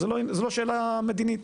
זה לא שאלה מדינית,